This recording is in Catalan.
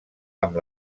amb